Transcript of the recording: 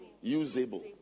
usable